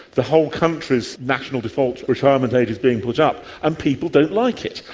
the whole country's national default retirement age is being put up, and people don't like it.